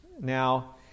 now